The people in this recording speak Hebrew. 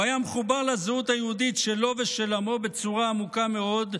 הוא היה מחובר לזהות היהודית שלו ושל עמו בצורה עמוקה מאוד,